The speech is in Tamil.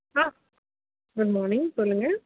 ஆ குட்மார்னிங் சொல்லுங்கள்